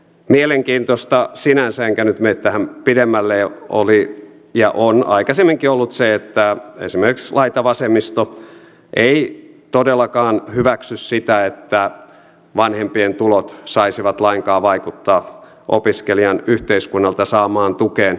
mielenkiintoista sinänsä enkä nyt mene tähän pidemmälle oli ja on aikaisemminkin ollut se että esimerkiksi laitavasemmisto ei todellakaan hyväksy sitä että vanhempien tulot lainkaan vaikuttaisivat opiskelijan yhteiskunnalta saamaan tukeen